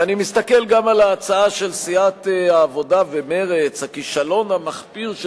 ואני מסתכל גם על ההצעה של סיעות העבודה ומרצ: הכישלון המחפיר של